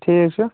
ٹھیٖک چھُ